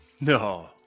No